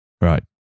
Right